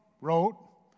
wrote